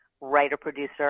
writer-producer